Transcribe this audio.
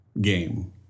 game